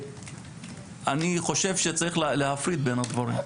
ואני חושב שצריך להפריד בין הדברים.